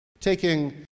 taking